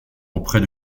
auprès